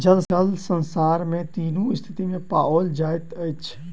जल संसार में तीनू स्थिति में पाओल जाइत अछि